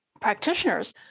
practitioners